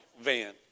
van